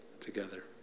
together